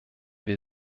wir